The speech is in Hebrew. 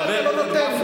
עבדים אתה רוצה.